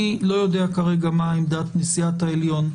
אני לא יודע כרגע מהי עמדת נשיאת העליון.